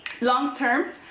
long-term